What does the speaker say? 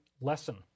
lesson